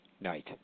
night